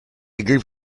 group